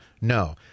no